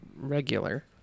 regular